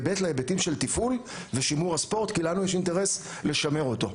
ושנית להיבטים של תפעול ושימור הספורט כי לנו יש אינטרס לשמר אותו.